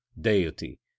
Deity